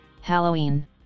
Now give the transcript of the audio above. Halloween